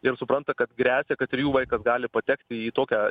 ir supranta kad gresia kad ir jų vaikas gali patekti į tokią